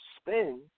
spin